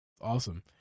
Awesome